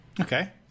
Okay